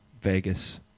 Vegas